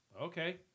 Okay